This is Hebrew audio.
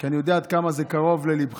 כי אני יודע עד כמה זה קרוב לליבך,